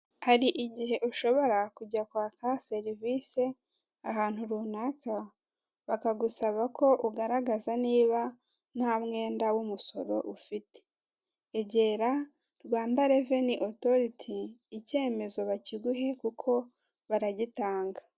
Hari igihe ushobora kujya kwaka serivise ahantu runaka bakagusaba ko ugaragaza niba nta mwenda w'umusoro ufite, egera Rwanda reveni otoriti icyemezo bakiguhe kuko baragitanga.